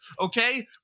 okay